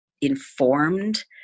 informed